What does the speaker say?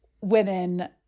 women